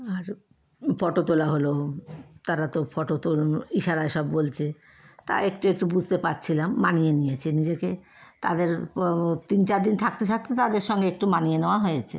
আর photo তোলা হল তারা তো ফটো তোলো ইশারায় সব বলছে তা একটু একটু বুঝতে পারছিলাম মানিয়ে নিয়েছি নিজেকে তাদের তিন চার দিন থাকতে থাকতে তাদের সঙ্গে একটু মানিয়ে নেওয়া হয়েছে